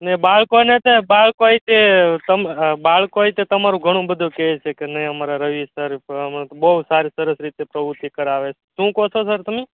ને બાળકોને તે બાળકોયતે તમ બાળકો એ તે તમારુ ઘણું બધું કે છે કે નહીં અમારા રવિ સર પર અમને બહુ સારી સરસ રીતે પ્રવૃત્તિ કરાવે શું કો છો સર તમે